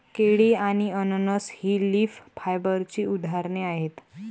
केळी आणि अननस ही लीफ फायबरची उदाहरणे आहेत